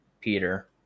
Peter